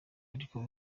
ariko